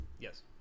Yes